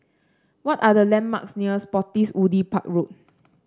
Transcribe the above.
what are the landmarks near Spottiswoode Park Road